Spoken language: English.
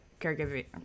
caregiving